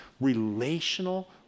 relational